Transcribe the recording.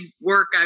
work